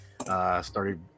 started